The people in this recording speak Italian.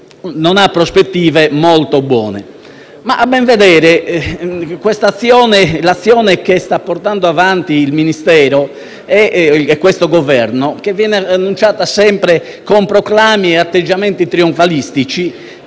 non ha prospettive molto buone. A ben vedere, l'azione che sta portando avanti il Ministero e questo Governo, che viene annunciata sempre con proclami e atteggiamenti trionfalistici,